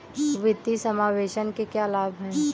वित्तीय समावेशन के क्या लाभ हैं?